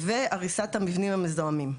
והריסת המבנים המזוהמים.